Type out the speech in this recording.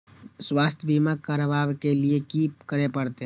स्वास्थ्य बीमा करबाब के लीये की करै परतै?